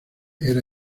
era